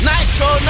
Nitro